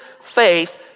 faith